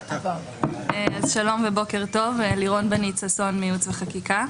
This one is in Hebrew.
שלום, בוקר טוב, אני מייעוץ וחקיקה.